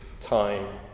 time